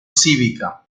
cívica